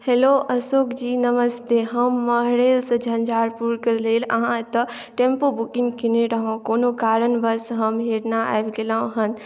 hello Ashokji नमस्ते हम महरैल सँ झंझारपुरक लेल अहाँ एतय टेम्पो बुकिंग कयने रहौं कोनो कारणवश हम हीरना आबि गेलहुँ हँ